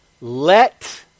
Let